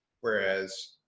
Whereas